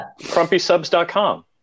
Crumpysubs.com